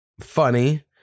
funny